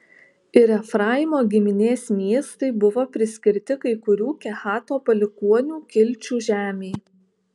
ir efraimo giminės miestai buvo priskirti kai kurių kehato palikuonių kilčių žemei